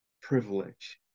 privilege